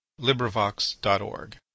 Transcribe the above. LibriVox.org